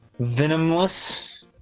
Venomless